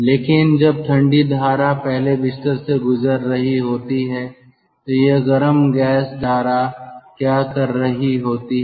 लेकिन जब ठंडी धारा पहले बिस्तर से गुजर रही होती है तो यह गर्म गैस धारा क्या कर रही होती है